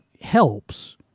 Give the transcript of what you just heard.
helps